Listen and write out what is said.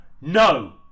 no